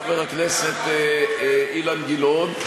חבר הכנסת אילן גילאון,